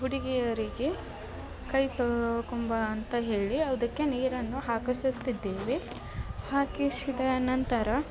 ಹುಡುಗಿಯರಿಗೆ ಕೈ ತೊಳ್ಕೊಂ ಬಾ ಅಂತ ಹೇಳಿ ಅದಕ್ಕೆ ನೀರನ್ನು ಹಾಕಿಸುತ್ತಿದ್ದೇವೆ ಹಾಕಿಸಿದ ನಂತರ